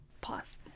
Pause